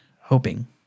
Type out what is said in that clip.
hoping